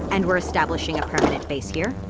and we're establishing a permanent base here.